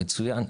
מצוין.